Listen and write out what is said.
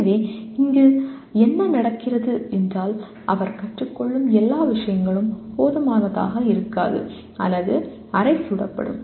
எனவே என்ன நடக்கிறது என்றால் அவர் கற்றுக் கொள்ளும் எல்லா விஷயங்களும் போதுமானதாக இருக்காது அல்லது அரை சுடப்படும்